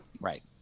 Right